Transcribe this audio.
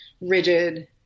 rigid